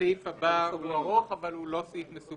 הסעיף הבא הוא ארוך אבל הוא לא מסובך,